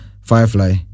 Firefly